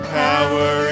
power